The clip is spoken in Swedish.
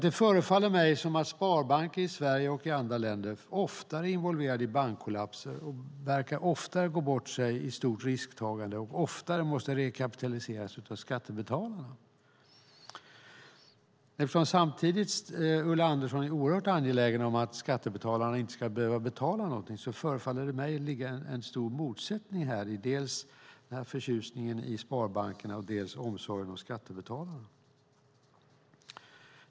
Det förefaller mig alltså som om sparbanker i Sverige och andra länder oftare är involverade i bankkollapser, oftare går bort sig i stort risktagande och oftare måste rekapitaliseras av skattebetalarna. Eftersom Ulla Andersson samtidigt är oerhört angelägen om att skattebetalarna inte ska behöva betala något tycker jag mig kunna se en stor motsättning mellan hennes förtjusning över sparbankerna och hennes omsorg om skattebetalarna.